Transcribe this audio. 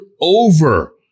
over